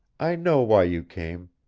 i know why you came.